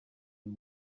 uyu